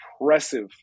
impressive